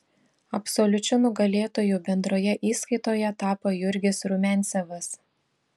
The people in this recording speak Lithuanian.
absoliučiu nugalėtoju bendroje įskaitoje tapo jurgis rumiancevas